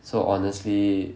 so honestly